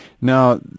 Now